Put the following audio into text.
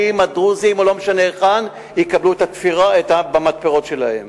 הדרוזיים או לא משנה היכן יקבלו למתפרות שלהם.